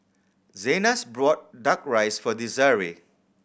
Zenas bought Duck Rice for Desirae